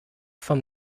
vom